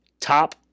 top